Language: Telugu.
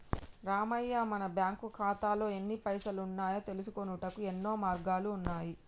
రామయ్య మన బ్యాంకు ఖాతాల్లో ఎన్ని పైసలు ఉన్నాయో తెలుసుకొనుటకు యెన్నో మార్గాలు ఉన్నాయి